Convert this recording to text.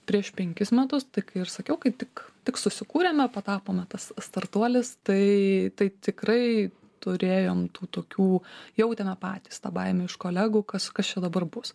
prieš penkis metus tai kai ir sakiau kai tik tik susikūrėme patapome tas startuolis tai tai tikrai turėjom tų tokių jautėme patys tą baimę iš kolegų kas kas čia dabar bus